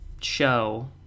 show